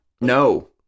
No